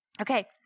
Okay